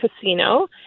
Casino